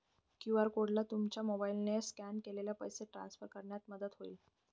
QR कोडला तुमच्या मोबाईलने स्कॅन केल्यास पैसे ट्रान्सफर करण्यात मदत होईल